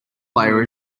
player